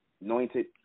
anointed